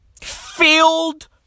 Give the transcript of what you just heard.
Filled